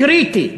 קריטי.